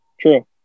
True